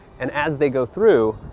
and as they go through,